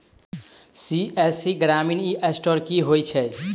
CSC ग्रामीण e store की होइ छै?